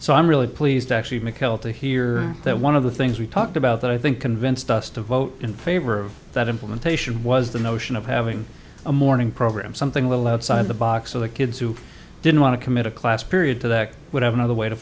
so i'm really pleased actually mccoll to hear that one of the things we talked about that i think convinced us to vote in favor of that implementation was the notion of having a morning program something a little outside the box so the kids who didn't want to commit a class period to that would have another way to